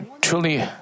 truly